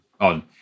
on